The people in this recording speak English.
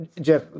Jeff